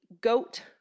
goat